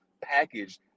package